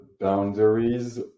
boundaries